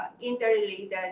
interrelated